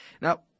Now